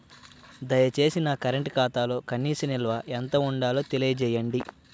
దయచేసి నా కరెంటు ఖాతాలో కనీస నిల్వ ఎంత ఉండాలో తెలియజేయండి